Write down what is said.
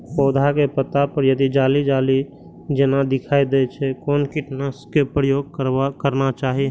पोधा के पत्ता पर यदि जाली जाली जेना दिखाई दै छै छै कोन कीटनाशक के प्रयोग करना चाही?